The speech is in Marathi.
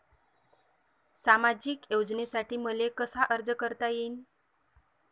सामाजिक योजनेसाठी मले कसा अर्ज करता येईन?